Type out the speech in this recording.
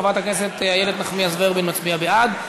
חברת הכנסת איילת נחמיאס ורבין מצביעה בעד.